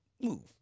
Move